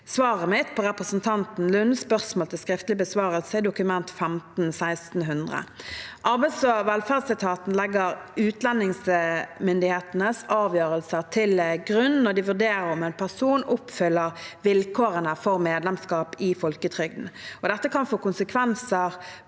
svaret mitt på representanten Lunds spørsmål til skriftlig besvarelse i Dokument 15:1600 for 2022–2023. Arbeids- og velferdsetaten legger utlendingsmyndighetenes avgjørelser til grunn når de vurderer om en person oppfyller vilkårene for medlemskap i folketrygden. Dette kan få konsekvenser